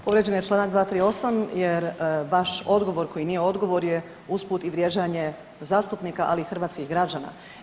Povrijeđen je članak 238. jer vaš odgovor koji nije odgovor je usput i vrijeđanje zastupnika, ali i hrvatskih građana.